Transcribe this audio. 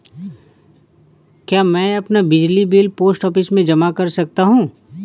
क्या मैं अपना बिजली बिल पोस्ट ऑफिस में जमा कर सकता हूँ?